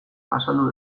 azaldu